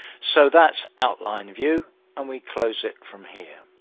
so that's outline view and we close it from here.